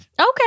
Okay